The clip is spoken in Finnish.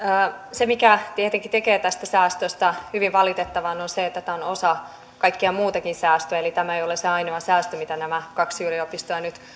se mikä tietenkin tekee tästä säästöstä hyvin valitettavan on se että tämä on osa kaikkea muutakin säästöä eli tämä ei ole se ainoa säästö mikä näitä kahta yliopistoa nyt